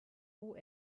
roh